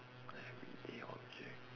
everyday object